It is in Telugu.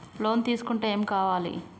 లోన్ తీసుకుంటే ఏం కావాలి?